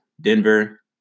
Denver